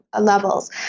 levels